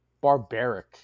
barbaric